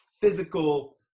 physical